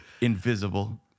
Invisible